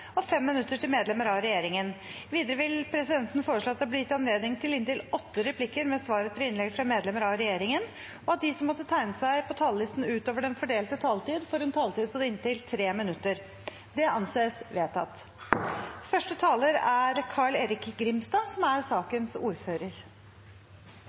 av regjeringen. Videre vil presidenten foreslå at det – innenfor den fordelte taletid – blir gitt anledning til inntil åtte replikker med svar etter innlegg fra medlemmer av regjeringen, og at de som måtte tegne seg på talerlisten utover den fordelte taletid, får en taletid på inntil 3 minutter. – Det anses vedtatt. Det er